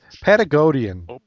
Patagonian